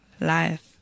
life